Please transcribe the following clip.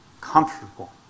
comfortable